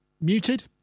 Muted